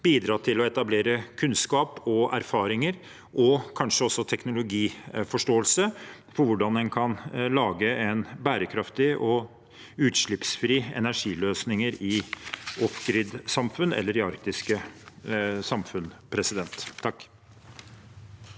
bidra til å etablere kunnskap og erfaringer – kanskje også teknologiforståelse – for hvordan en kan lage bærekraftige og utslippsfrie energiløsninger i «offgrid»-samfunn eller i arktiske samfunn. Ola